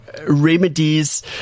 Remedies